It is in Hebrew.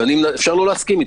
אפשר לא להסכים איתה.